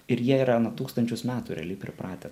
ir jie yra na tūkstančius metų realiai pripratę